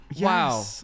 wow